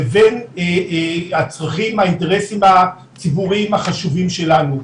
לבין הצרכים והאינטרסים הציבוריים החשובים שלנו.